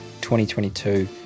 2022